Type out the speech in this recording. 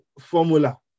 formula